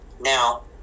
now